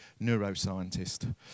neuroscientist